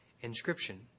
inscription